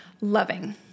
Loving